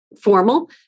formal